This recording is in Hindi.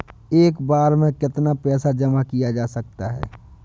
एक बार में कितना पैसा जमा किया जा सकता है?